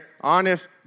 honest